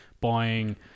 buying